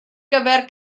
gyfer